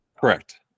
correct